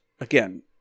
again